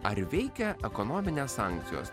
ar veikia ekonominės sankcijos